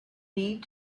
need